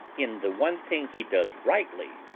in the one thing he does rightly,